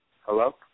Hello